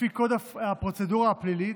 לפי קוד הפרוצדורה הפלילית,